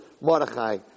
Mordechai